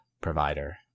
provider